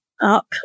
up